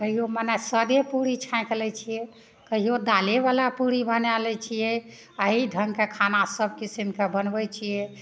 कहियो मने सदे पूड़ी छाँकि लै छियै कहियो दालेवला पूड़ी बना लै छियै अही ढङ्गके खाना सब किसिमके बनबय छियै